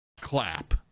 clap